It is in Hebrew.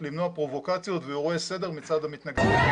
למנוע פרובוקציות ואירועי הפרת סדר מצד המתנגדים.